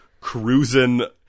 cruising